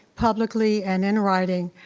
publicly, and in writing,